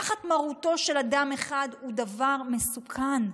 תחת מרותו של אדם אחד, זה דבר מסוכן.